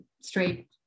straight